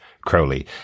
Crowley